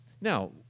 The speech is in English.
Now